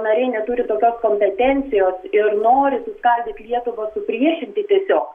nariai neturi tokios kompetencijos ir nori suskaldyt lietuvą supriešinti tiesiog